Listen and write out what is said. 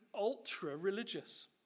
ultra-religious